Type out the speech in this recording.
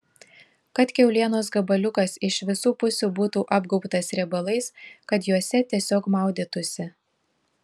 kad kiaulienos gabaliukas iš visų pusių būtų apgaubtas riebalais kad juose tiesiog maudytųsi